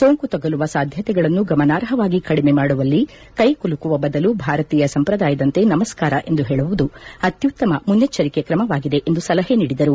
ಸೋಂಕು ತಗುಲುವ ಸಾಧ್ಯತೆಗಳನ್ನು ಗಮನಾರ್ಹವಾಗಿ ಕಡಿಮೆ ಮಾಡುವಲ್ಲಿ ಕೈ ಕುಲುಕುವ ಬದಲು ಭಾರತೀಯ ಸಂಪ್ರದಾಯದಂತೆ ನಮಸ್ನರ ಎಂದು ಹೇಳುವುದು ಅತ್ತುತ್ತಮ ಮುನ್ನೆಚ್ಲರಿಕೆ ಕ್ರಮವಾಗಿದೆ ಎಂದು ಸಲಹೆ ನೀಡಿದರು